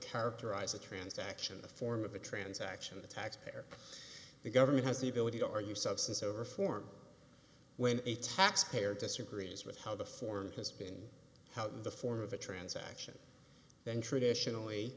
characterize a transaction the form of a transaction the tax payer the government has the ability to argue substance over form when a tax payer disagrees with how the form has been how the form of a transaction then traditionally